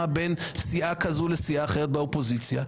בין סיעה כזו לסיעה אחרת באופוזיציה.